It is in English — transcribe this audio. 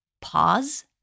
pause